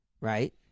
right